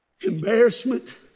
embarrassment